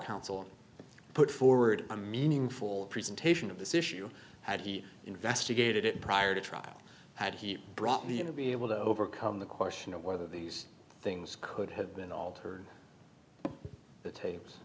counsel put forward a meaningful presentation of this issue had he investigated it prior to trial had he brought me in to be able to overcome the question of whether these things could have been altered the tapes